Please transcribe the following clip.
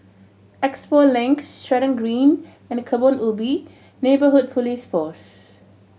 Expo Link Stratton Green and Kebun Ubi Neighbourhood Police Post